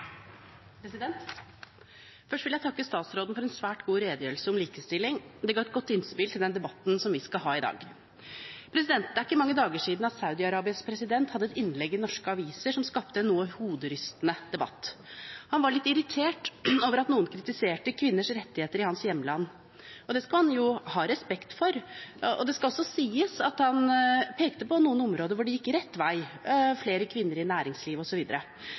president hadde et innlegg i norske aviser som skapte en noe hoderystende debatt. Han var litt irritert over at noen kritiserte kvinners rettigheter i hans hjemland, og det skal en jo ha respekt for. Det skal også sies at han pekte på noen områder hvor det gikk rett vei – flere kvinner i